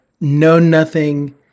know-nothing